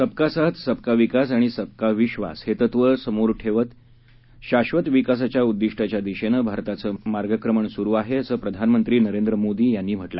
सबका साथ सबका विकास आणि सबका विधास हे तत्व समोर ठेवून शाश्वत विकासाच्या उद्दिष्टाच्या दिशेनं भारताचं मार्गक्रमण सुरु आहे असं प्रधानमंत्री नरेंद्र मोदी यांनी म्हटलं